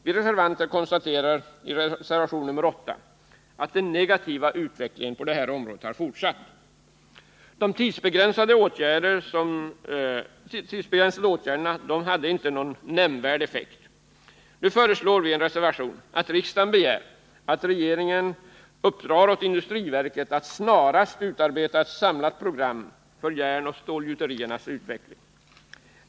Vi reservanter konstaterar i reservation nr 8 att den negativa utvecklingen på detta område har fortsatt. De tidsbegränsade åtgärderna hade inte någon nämnvärd effekt. Nu föreslår vi i reservationen att riksdagen begär att regeringen uppdrar åt industriverket att snarast utarbeta ett samlat program för järnoch stålgjuteriernas utveckling.